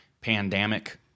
pandemic